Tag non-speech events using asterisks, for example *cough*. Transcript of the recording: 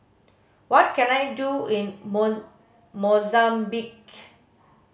what can I do in *unintelligible* Mozambique